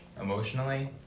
Emotionally